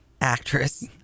Actress